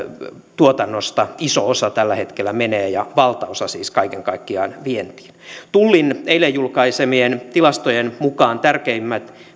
tuotannostaan iso osa tällä hetkellä menee ja valtaosa siis kaiken kaikkiaan vientiin tullin eilen julkaisemien tilastojen mukaan tärkeimmistä